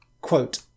Quote